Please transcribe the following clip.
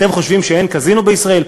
אתם חושבים שאין קזינו בישראל?